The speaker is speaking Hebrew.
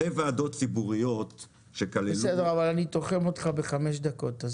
בסדר, אבל אני תוחם אותך בחמש דקות.